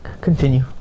continue